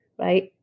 right